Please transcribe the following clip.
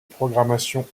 programmation